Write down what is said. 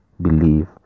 believe